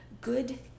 good